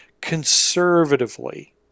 Conservatively